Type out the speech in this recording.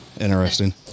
interesting